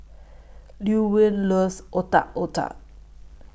Llewellyn loves Otak Otak